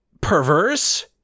perverse